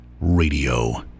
Radio